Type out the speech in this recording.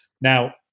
Now